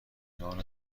نان